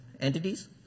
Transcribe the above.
entities